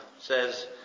says